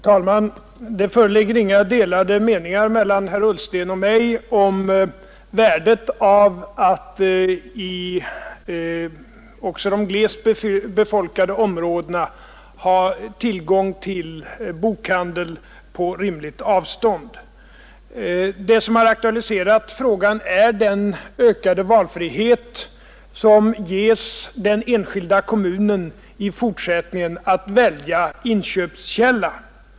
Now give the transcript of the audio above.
Herr talman! Det föreligger inga delade meningar mellan herr Ullsten och mig om värdet av att i också de glest befolkade områdena ha tillgång till bokhandel på rimligt avstånd. Det som har aktualiserat frågan är den ökade frihet att välja inköpskälla som ges den enskilda kommunen i fortsättningen.